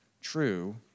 true